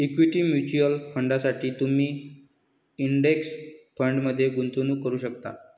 equity mutual फंडांसाठी तुम्ही index फंडमध्ये गुंतवणूक करू शकता